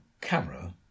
camera